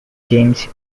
james